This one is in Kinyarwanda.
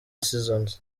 seasons